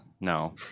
No